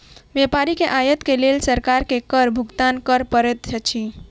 व्यापारी के आयत के लेल सरकार के कर भुगतान कर पड़ैत अछि